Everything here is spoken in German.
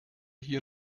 hier